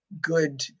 good